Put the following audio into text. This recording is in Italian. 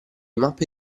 mappe